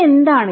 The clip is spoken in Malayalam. അത് എന്താണ്